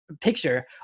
picture